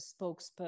spokesperson